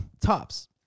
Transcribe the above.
Tops